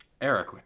Eric